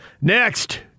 Next